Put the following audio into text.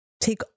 Take